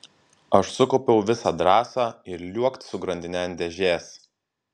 aš sukaupiau visą drąsą ir liuokt su grandine ant dėžės